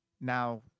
Now